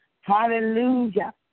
Hallelujah